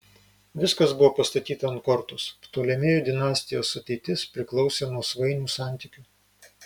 viskas buvo pastatyta ant kortos ptolemėjų dinastijos ateitis priklausė nuo svainių santykių